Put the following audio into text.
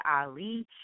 Ali